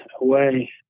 away